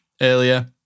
earlier